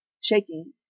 shaking